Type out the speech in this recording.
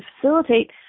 facilitate